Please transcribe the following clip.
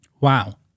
wow